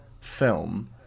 film